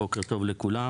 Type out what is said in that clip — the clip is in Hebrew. בוקר טוב לכולם.